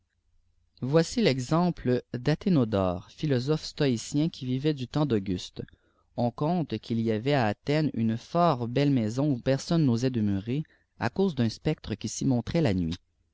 voici l'exemple d'athénodore philosophe stoïcien qui viiait du temps d'auguste on conte qu'il y avait à athènes une fort belle maison ou personne n'osait demeurer à cause d'unr spectre cpii s'y montrait la nuit